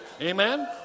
Amen